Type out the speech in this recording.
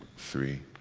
three,